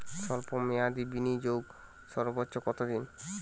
স্বল্প মেয়াদি বিনিয়োগ সর্বোচ্চ কত দিন?